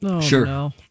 Sure